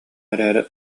эрээри